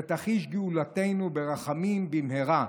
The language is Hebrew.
ותחיש גאולתנו ברחמים במהרה.